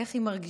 איך היא מרגישה,